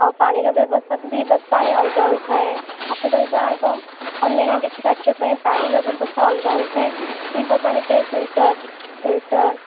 ଆଉ ପାଣିର ବ୍ୟବସ୍ଥା ପିଇବା ପାଇଁ ଅଲଗା ହୋଇଥାଏ ହାତ ଧୋଇବା ଏବଂ ଅନ୍ୟାନ୍ୟ କିଛି କାର୍ଯ୍ୟ ପାଇଁ ପାଣିର ବ୍ୟବସ୍ଥା ଅଲଗା ହୋଇଥାଏ ପିଇବା ପାଣି ପାଇଁ ଫିଲଟର୍ ଫିଲଟର୍